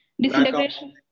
Disintegration